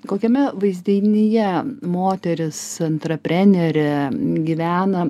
kokiame vaizdinyje moteris antraprenerė gyvena